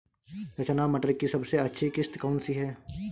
रचना मटर की सबसे अच्छी किश्त कौन सी है?